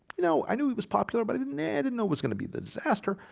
you know, i knew he was popular but i didn't yeah didn't know was gonna be the disaster.